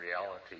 reality